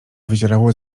wyzierało